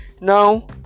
now